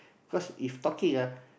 cause if talking ah